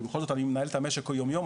כי בכל זאת אני מנהל את המשק יום יום,